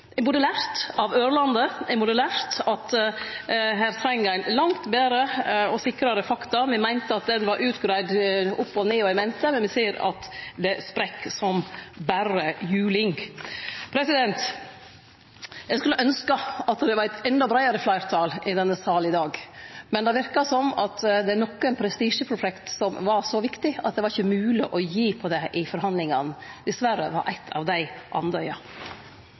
burde lært av Ørlandet, ein burde lært at her treng ein langt betre og sikrare fakta. Me meinte at det var greidd ut opp og ned og i mente, men me ser at det sprekk som berre juling. Eg skulle ynskje at det var eit enda breiare fleirtal i denne salen i dag, men det verkar som at nokre prestisjeprosjekt var så viktige at det ikkje var mogleg å gi seg på det i forhandlingane. Dessverre var eitt av dei Andøya.